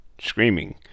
screaming